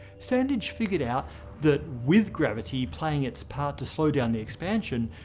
sandage figured out that with gravity playing its part to slow down the expansion,